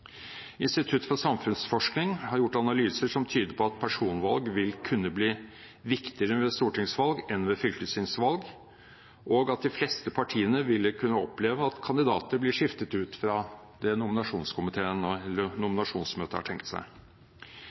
Institutt for samfunnsforskning har gjort analyser som tyder på at personvalg vil kunne bli viktigere ved stortingsvalg enn ved fylkestingsvalg, og at de fleste partiene vil kunne oppleve at kandidater blir skiftet ut i forhold til det nominasjonskomiteen eller nominasjonsmøtet har tenkt seg.